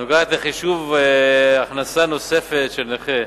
נוגעת לחישוב הכנסה נוספת של נכה.